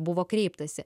buvo kreiptasi